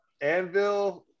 Anvil